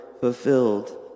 fulfilled